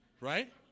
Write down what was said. right